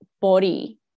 body